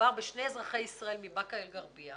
שמדובר בשני אזרחי ישראל מבאקה אל-גרבייה